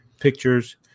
pictures